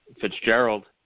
Fitzgerald